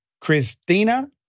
Christina